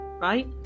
right